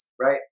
Right